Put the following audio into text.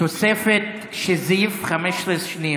רק דוד אמר שיש, תוספת שזיף, 15 שניות.